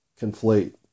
conflate